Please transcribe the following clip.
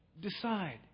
Decide